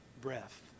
breath